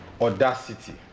audacity